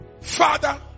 father